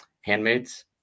handmaids